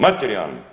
Materijalni?